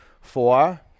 Four